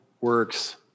works